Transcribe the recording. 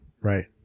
Right